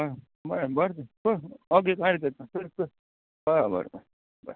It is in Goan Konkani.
आं बरें बरें तर ओके कांय हरकत ना कर कर बरें बरें बरें बाय